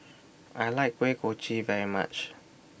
I like Kuih Kochi very much